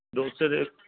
ਡੋਸੇ ਅਤੇ